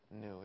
new